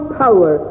power